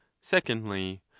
Secondly